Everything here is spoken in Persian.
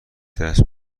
دست